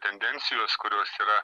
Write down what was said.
tendencijos kurios yra